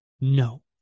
No